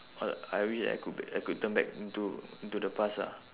oh I wish I could b~ I could turn back into into the past ah